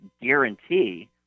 guarantee